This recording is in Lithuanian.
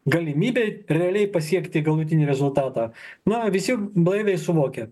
galimybė realiai pasiekti galutinį rezultatą na visi blaiviai suvokia